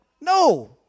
No